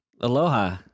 Aloha